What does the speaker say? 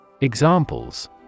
Examples